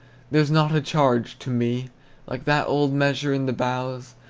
there's not a charge to me like that old measure in the boughs,